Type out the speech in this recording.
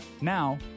Now